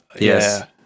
Yes